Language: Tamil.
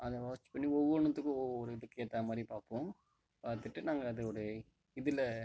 அதை வாட்ச் பண்ணி ஒவ்வொன்றுத்துக்கு ஒவ்வொரு இதுக்கேற்ற மாதிரி பார்ப்போம் பார்த்துட்டு நாங்கள் அதோட இதில்